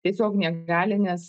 tiesiog negali nes